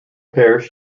parish